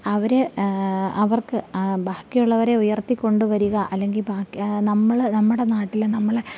അവർ അവർക്ക് ബാക്കിയുള്ളവരെ ഉയർത്തിക്കൊണ്ടു വരിക അല്ലെങ്കിൽ ബാക്കി നമ്മൾ നമ്മുടെ നാട്ടിലെ നമ്മളെ ു